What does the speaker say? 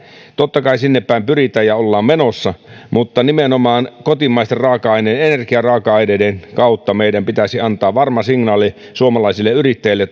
totta kai sinnepäin pyritään ja ollaan menossa mutta nimenomaan kotimaisten energiaraaka aineiden kautta meidän pitäisi antaa varma signaali suomalaisille yrittäjille